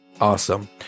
Awesome